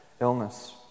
illness